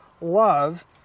love